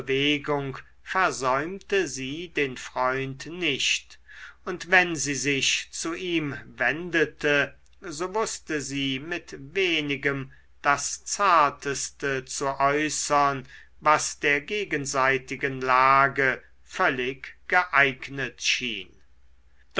versäumte sie den freund nicht und wenn sie sich zu ihm wendete so wußte sie mit wenigem das zarteste zu äußern was der gegenseitigen lage völlig geeignet schien